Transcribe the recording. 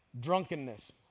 drunkenness